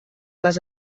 les